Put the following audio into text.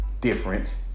different